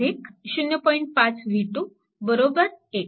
5 v2 1